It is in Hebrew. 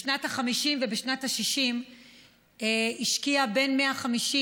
את יודעת מה ציפיתי ממך להגיד?